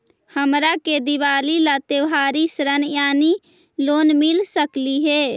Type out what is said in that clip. हमरा के दिवाली ला त्योहारी ऋण यानी लोन मिल सकली हे?